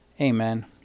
Amen